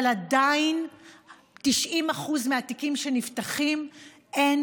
אבל עדיין ב-90% מהתיקים שנפתחים אין